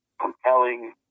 compelling